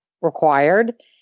required